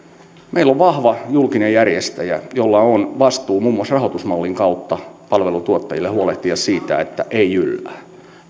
meillä on vahva julkinen järjestäjä jolla on vastuu muun muassa rahoitusmallin kautta palveluntuottajille huolehtia siitä että ei jyllää